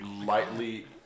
lightly